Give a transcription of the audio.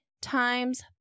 times